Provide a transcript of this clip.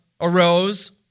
arose